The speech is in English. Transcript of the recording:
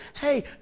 hey